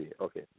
Okay